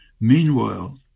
Meanwhile